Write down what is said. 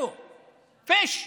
(אומר בערבית: